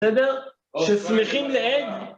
בסדר? ששמחים לעיד?